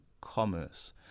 commerce